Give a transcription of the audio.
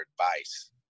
advice